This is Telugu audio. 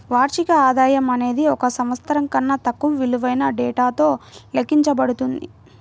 వార్షిక ఆదాయం అనేది ఒక సంవత్సరం కన్నా తక్కువ విలువైన డేటాతో లెక్కించబడుతుంది